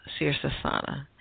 Sirsasana